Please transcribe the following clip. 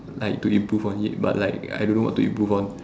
like to improve on it but like I don't know what to improve on